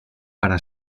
para